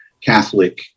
Catholic